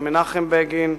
עם מנחם בגין,